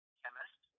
chemist